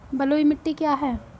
बलुई मिट्टी क्या है?